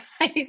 guys